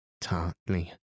tartly